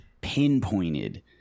pinpointed